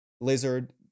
Lizard